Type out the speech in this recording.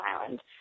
Island